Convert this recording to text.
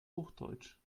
hochdeutsch